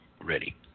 ready